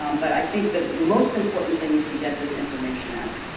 um but i think the most important thing is to get this information out.